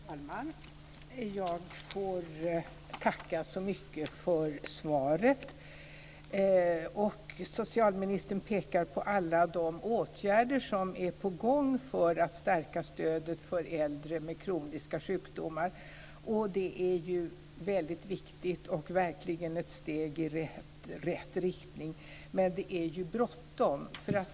Fru talman! Jag får tacka så mycket för svaret. Socialministern pekar på alla de åtgärder som är på gång för att stärka stödet för äldre med kroniska sjukdomar. Det är mycket viktigt och verkligen ett steg i rätt riktning. Men det är bråttom.